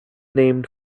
named